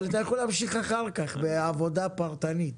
אבל אתה יכול להמשיך אחר כך בעבודה פרטנית.